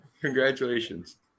congratulations